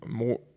more